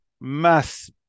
mass